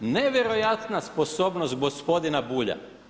Nevjerojatna sposobnost gospodina Bulja!